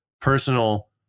personal